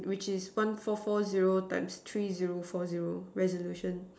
which is one four four zero times three zero four zero resolution